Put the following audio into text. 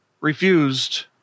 refused